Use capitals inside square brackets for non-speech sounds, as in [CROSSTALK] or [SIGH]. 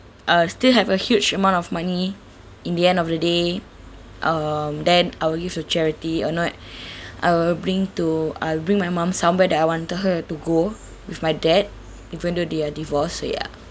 uh still have a huge amount of money in the end of the day um then I will give to charity or not [BREATH] I will bring to I'll bring my mom somewhere that I wanted her to go with my dad even though they are divorced so ya